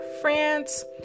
France